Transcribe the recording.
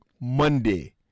Monday